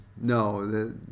No